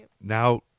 Now